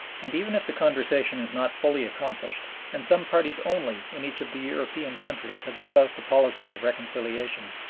and even if the conversion is not fully accomplished, and some parties only in each of the european countries have espoused a policy of reconciliation,